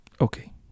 Okay